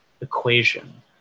equation